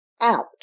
out